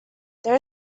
there